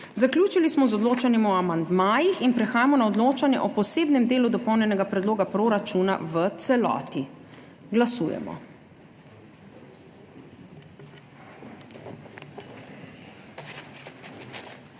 Zaključili smo z odločanjem o amandmajih in prehajamo na odločanje o posebnem delu Dopolnjenega predloga proračuna v celoti. Glasujemo.